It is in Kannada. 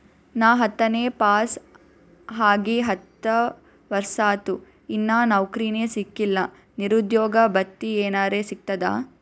ನಾ ಹತ್ತನೇ ಪಾಸ್ ಆಗಿ ಹತ್ತ ವರ್ಸಾತು, ಇನ್ನಾ ನೌಕ್ರಿನೆ ಸಿಕಿಲ್ಲ, ನಿರುದ್ಯೋಗ ಭತ್ತಿ ಎನೆರೆ ಸಿಗ್ತದಾ?